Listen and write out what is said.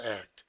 act